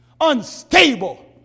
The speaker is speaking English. unstable